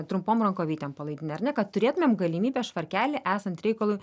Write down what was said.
trumpom rankovytėm palaidinę ar ne kad turėtumėm galimybę švarkelį esant reikalui